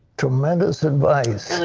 tremendous advice.